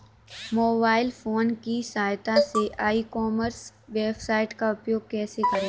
Mobile phone की सहायता से ई कॉमर्स वेबसाइट का उपयोग कैसे करें?